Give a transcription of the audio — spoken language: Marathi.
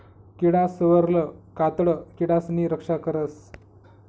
किडासवरलं कातडं किडासनी रक्षा करस